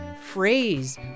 phrase